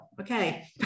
Okay